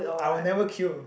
I will never queue